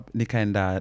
nikaenda